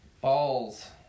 Balls